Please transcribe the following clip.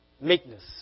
Meekness